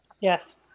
Yes